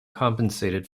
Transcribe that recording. compensated